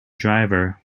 driver